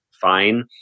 fine